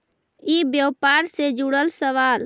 ई व्यापार से जुड़ल सवाल?